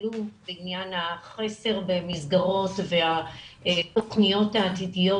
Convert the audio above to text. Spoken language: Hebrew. שעלו לגבי החסר במסגרות והתכניות העתידיות,